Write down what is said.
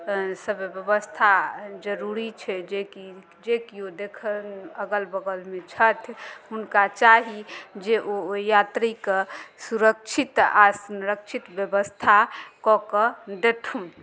सभ व्यवस्था जरूरी छै जेकि जे किओ देख अगल बगलमे छथि हुनका चाही जे ओ यात्रीकेँ सुरक्षित आ संरक्षित व्यवस्था कऽ कऽ देथुन